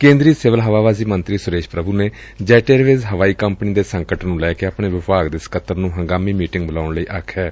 ਕੇਂਦਰੀ ਸਿਵਲ ਹਵਾਬਾਜ਼ੀ ਮੰਤਰੀ ਸੁਰੇਸ਼ ਪ੍ਰਭੂ ਨੇ ਜੈੱਟ ਏਅਰਵੇਜ਼ ਹਵਾਈ ਕੰਪਨੀ ਦੇ ਸੰਕਟ ਨੂੰ ਲੈ ਕੇ ਆਪਣੇ ਵਿਭਾਗ ਦੇ ਸਕੱਤਰ ਨੂੰ ਹੰਗਾਮੀ ਮੀਟਿੰਗ ਬੁਲਾਉਣ ਲਈ ਕਿਹੈ